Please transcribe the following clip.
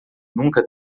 nunca